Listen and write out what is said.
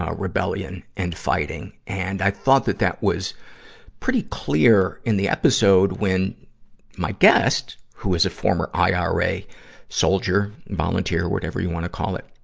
ah rebellion and fighting, and i thought that that was pretty clear in the episode when my guest, who was a former ira soldier, volunteer, whatever you want to call it,